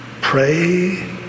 pray